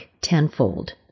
tenfold